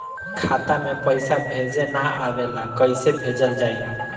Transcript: खाता में पईसा भेजे ना आवेला कईसे भेजल जाई?